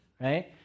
right